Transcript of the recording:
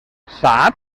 sap